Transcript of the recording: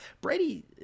Brady